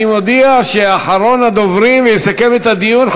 אני מודיע שאחרון הדוברים יסכם את הדיון,